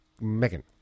Megan